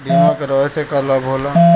बीमा करावे से का लाभ होला?